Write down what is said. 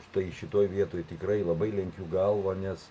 štai šitoj vietoj tikrai labai lenkiu galvą nes